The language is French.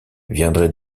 viendrait